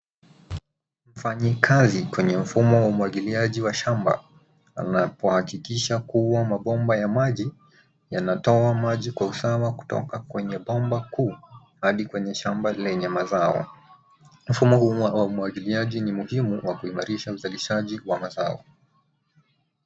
Mfanyikazi kwenye mfumo wa umwagiliaji wa shamba anapohakikisha kuwa mabomba ya maji yanatoa maji kwa usawa kutoka kwenye bomba kuu hadi kwenye shamba lenye mazao. Mfumo huu wa umwagiliaji ni muhimu kwa kuimarisha uzalishaji wa mazao.